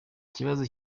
ikibazo